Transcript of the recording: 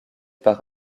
par